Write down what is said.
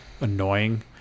annoying